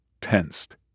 tensed